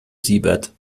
siebert